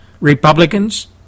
Republicans